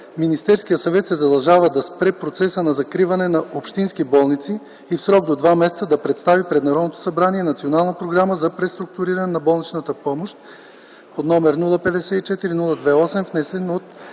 Министерският съвет се задължава да спре процеса на закриване на общински болници и в срок до 2 месеца да представи пред Народното събрание Национална програма за преструктуриране на болничната помощ, № 054-02-8, внесен от